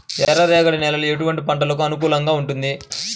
ఎర్ర రేగడి నేల ఎటువంటి పంటలకు అనుకూలంగా ఉంటుంది?